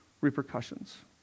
repercussions